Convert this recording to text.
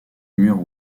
mur